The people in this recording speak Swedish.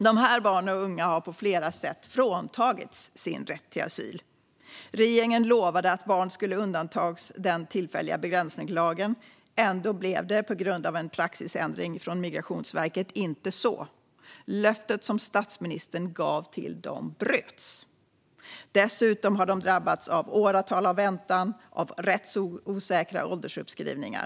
Dessa barn och unga har på flera sätt fråntagits sin rätt till asyl. Regeringen lovade att barn skulle undantas från den tillfälliga begränsningslagen. Ändå blev det på grund av en praxisändring från Migrationsverket inte så. Löftet som statsministern gav till dem bröts. Dessutom har de drabbats av åratal av väntan och av rättsosäkra åldersuppskrivningar.